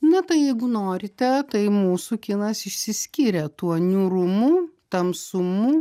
na tai jeigu norite tai mūsų kinas išsiskyrė tuo niūrumu tamsumu